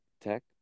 Tech